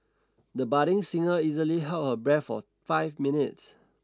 the budding singer easily held her breath for five minutes